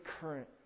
current